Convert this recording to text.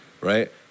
right